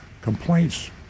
complaints